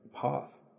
path